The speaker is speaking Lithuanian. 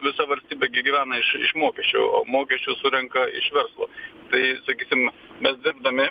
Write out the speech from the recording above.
visa valstybė gi gyvena iš iš mokesčių o mokesčius surenka iš verslo tai sakysim mes dirbdami